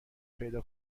پیدا